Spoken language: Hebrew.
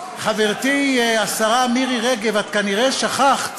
חברתי השרה מירי רגב, את כנראה שכחת